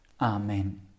Amen